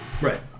Right